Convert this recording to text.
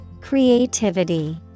Creativity